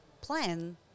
plan